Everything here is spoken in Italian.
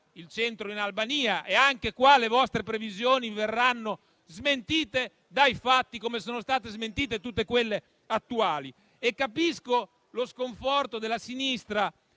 il centro in Albania funzionerà e anche in questo caso le vostre previsioni verranno smentite dai fatti, come sono state smentite tutte quelle attuali. Capisco anche lo sconforto della sinistra